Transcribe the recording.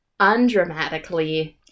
undramatically